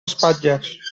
espatlles